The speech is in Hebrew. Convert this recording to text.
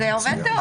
זה עובד מצוין.